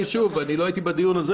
אני לא הייתי בדיון הזה,